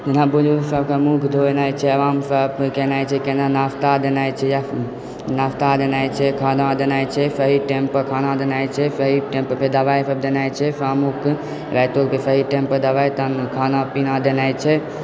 ओना बुजुर्ग सबकेँ मुख धोबेनाय छै आरामसँ कयनाइ छै नास्ता देनाइ छै नास्ता देनाइ छै खाना देनाइ छै सही टाइमपर खाना देनाइ छै सही टाइमपर फेर दबाइ सब देनाइ छै शामो कऽ रातियोकऽ सही टाइमपर दबाइ तहन खाना पीना देनाइ छै